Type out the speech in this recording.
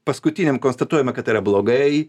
paskutiniam konstatuojama kad tai yra blogai